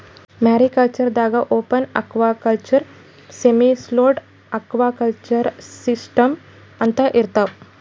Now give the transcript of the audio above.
mariculture ದಾಗಾ open aquaculture, semi closed aquaculture systems ಅಂತಾ ಇರ್ತವ್